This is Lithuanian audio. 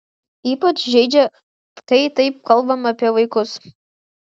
ypač žeidžia kai taip kalbama apie vaikus